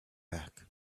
back